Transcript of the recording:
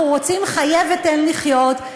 אנחנו רוצים "חיה ותן לחיות",